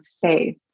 safe